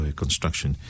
construction